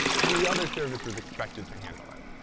and the other service is expected to handle it.